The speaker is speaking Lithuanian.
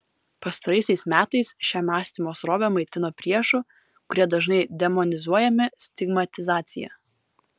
pastaraisiais metais šią mąstymo srovę maitino priešų kurie dažnai demonizuojami stigmatizacija